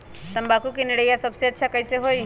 तम्बाकू के निरैया सबसे अच्छा कई से होई?